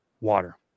water